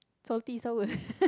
salty sour